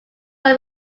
are